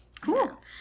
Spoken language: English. cool